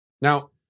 Now